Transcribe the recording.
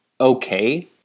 okay